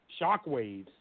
Shockwaves